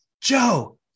Joe